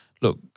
look